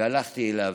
והלכתי אליו.